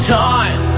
time